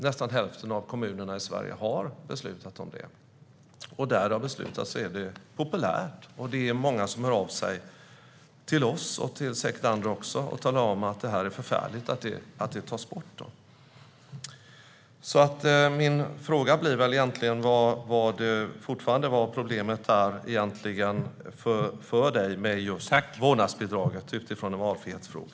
Nästan hälften av kommunerna i Sverige har beslutat om vårdnadsbidraget, och där det har beslutats är det populärt. Det är många som hör av sig till oss och säkert även till andra och talar om att det är förfärligt att vårdnadsbidraget ska tas bort. Vad är problemet för Solveig Zander med vårdnadsbidraget utifrån att det är en valfrihetsfråga?